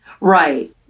Right